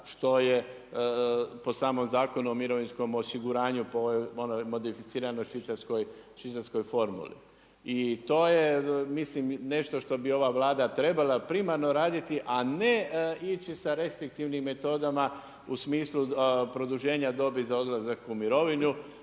što je po samom Zakonu o mirovinskom osiguranju, po onoj modificiranoj švicarskoj formuli. I to je mislim nešto što bi ova Vlada trebala primarno raditi, a ne ići sa restriktivnim metodama u smislu produženja dobi za odlazak u mirovinu,